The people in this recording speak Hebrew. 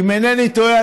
אם אינני טועה,